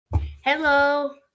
Hello